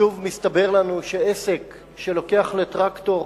שוב מסתבר לנו שעסק שלוקח לטרקטור